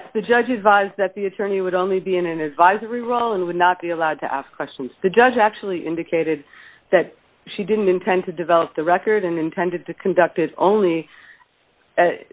yes the judge advised that the attorney would only be in an advisory role and would not be allowed to ask questions the judge actually indicated that she didn't intend to develop the record and intended to conduct it only